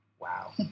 Wow